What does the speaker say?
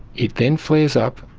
it then flares up.